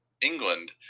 England